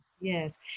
yes